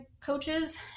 coaches